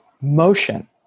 motion